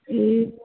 ए